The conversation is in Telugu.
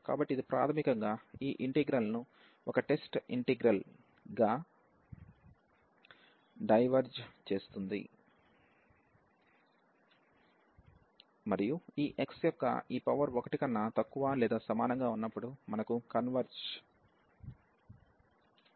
కాబట్టి ఇది ప్రాథమికంగా ఈ ఇంటిగ్రల్ ను ఒక టెస్ట్ ఇంటిగ్రల్ గా డైవెర్జ్ చేస్తుంది మరియు ఈ x యొక్క ఈ పవర్ 1 కన్నా తక్కువ లేదా సమానంగా ఉన్నప్పుడు మనకు డైవర్జెన్స్ ఉంటుంది